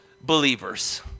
believers